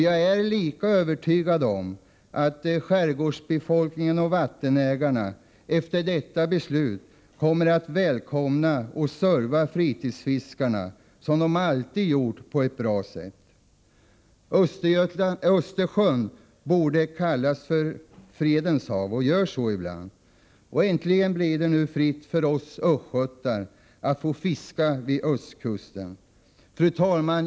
Jag är lika övertygad om att skärgårdsbefolkningen och vattenägarna efter detta beslut kommer att välkomna och serva fritidsfiskarna på ett bra sätt, som de alltid har gjort. Östersjön borde kallas fredens hav, och den kallas också så ibland. Äntligen blir det nu fritt för oss östgötar att få fiska vid Östkusten. Fru talman!